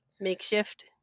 makeshift